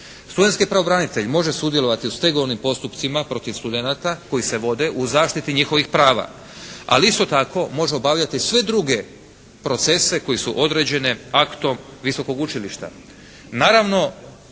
Studentski pravobranitelj može sudjelovati u stegovnim postupcima protiv studenata koji se vode u zaštiti njihovih prava, ali isto tako može obavljati sve druge procese koje su određene aktom visokog učilišta.